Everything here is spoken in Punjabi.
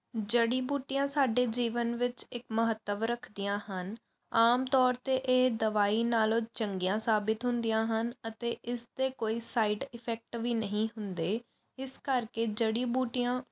ਜੜੀ ਬੂਟੀਆਂ ਸਾਡੇ ਜੀਵਨ ਵਿੱਚ ਇੱਕ ਮਹੱਤਵ ਰੱਖਦੀਆਂ ਹਨ ਆਮ ਤੌਰ 'ਤੇ ਇਹ ਦਵਾਈ ਨਾਲੋਂ ਚੰਗੀਆਂ ਸਾਬਿਤ ਹੁੰਦੀਆਂ ਹਨ ਅਤੇ ਇਸ ਦੇ ਕੋਈ ਸਾਈਡ ਇਫੈਕਟ ਵੀ ਨਹੀਂ ਹੁੰਦੇ ਇਸ ਕਰਕੇ ਜੜੀ ਬੂਟੀਆਂ